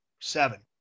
Seven